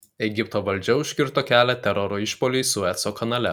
egipto valdžia užkirto kelią teroro išpuoliui sueco kanale